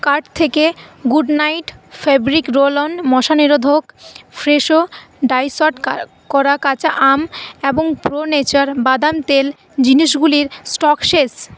cart থেকে Good Knight fabric roll on মশা নিরোধক ফ্রেশো ডাইসড করা কাঁচা আম এবং প্রোনেচার বাদাম তেল জিনিসগুলির স্টক শেষ